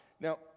now